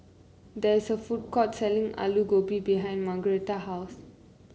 there is a food court selling Alu Gobi behind Margaretta's house